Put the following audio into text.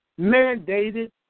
mandated